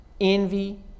envy